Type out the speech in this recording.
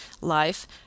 life